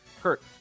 Kurt